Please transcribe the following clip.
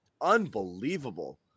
unbelievable